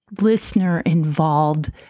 listener-involved